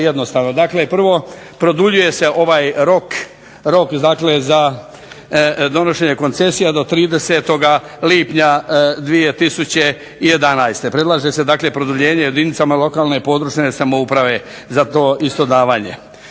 Dakle prvo, produljuje se ovaj rok za donošenje koncesija do 30. lipnja 2011., predlaže se dakle produljenje jedinicama lokalne i područne samouprave za to isto davanje.